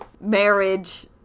marriage